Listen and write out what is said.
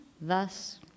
Thus